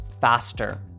faster